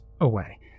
away